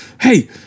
hey